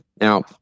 Now